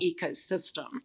ecosystem